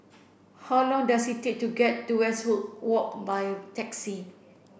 how long does it take to get to Westwood Walk by taxi